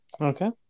okay